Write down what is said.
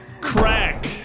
crack